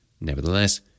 Nevertheless